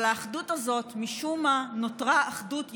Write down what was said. אבל האחדות הזאת, משום מה, נותרה אחדות יהודית,